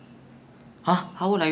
because um